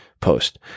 post